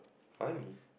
funny